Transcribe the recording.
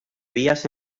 vías